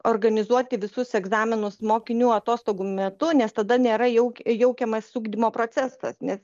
organizuoti visus egzaminus mokinių atostogų metu nes tada nėra jau jaukiamas ugdymo procesas nes